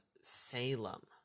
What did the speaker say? Salem